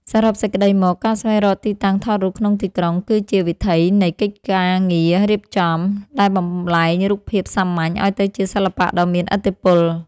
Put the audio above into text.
សរុបសេចក្ដីមក ការស្វែងរកទីតាំងថតរូបក្នុងទីក្រុង គឺជា វិថីនៃកិច្ចការងាររៀបចំ ដែលបំប្លែងរូបភាពសាមញ្ញឱ្យទៅជាសិល្បៈដ៏មានឥទ្ធិពល។